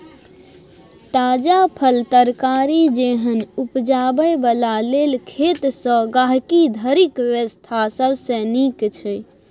ताजा फल, तरकारी जेहन उपजाबै बला लेल खेत सँ गहिंकी धरिक व्यवस्था सबसे नीक छै